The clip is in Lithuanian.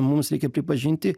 mums reikia pripažinti